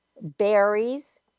berries